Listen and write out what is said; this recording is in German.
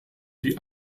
die